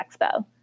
Expo